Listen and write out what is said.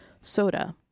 soda